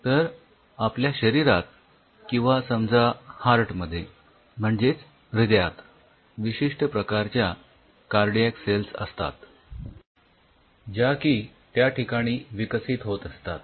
तर आपल्या शरीरात किंवा समजा हार्ट मध्ये म्हणजेच हृदयात विशिष्ठ प्रकारच्या कार्डियाक सेल्स असतात ज्या की त्या ठिकाणी विकसित होत असतात